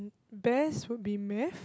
best would be math